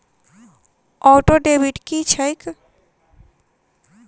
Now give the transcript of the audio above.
Auto debit की छैक?